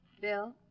Bill